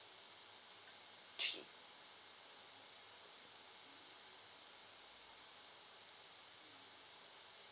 three